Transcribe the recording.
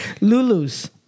Lulu's